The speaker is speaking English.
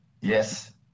Yes